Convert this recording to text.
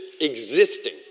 existing